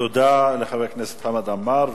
תודה לחבר הכנסת חמד עמאר,